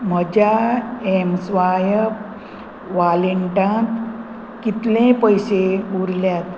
म्हज्या एमस्वायप वॉलेंटांत कितले पयशे उरल्यात